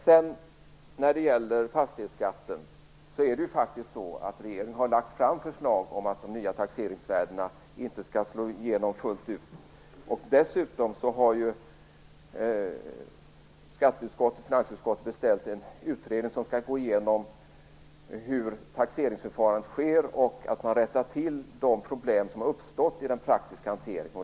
Regeringen har lagt fram ett förslag om fastighetsskatten som innebär att de nya taxeringsvärdena inte skall slå igenom fullt ut. Dessutom har skatte och finansutskotten beställt en utredning som skall gå igenom hur taxeringsförfarandet går till och hur man skall kunna rätta till de problem som har uppstått i den praktiska hanteringen.